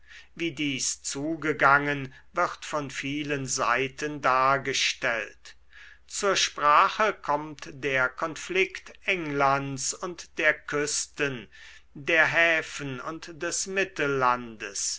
wie dies zugegangen wird von vielen seiten dargestellt zur sprache kommt der konflikt englands und der küsten der häfen und des